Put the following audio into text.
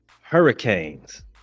Hurricanes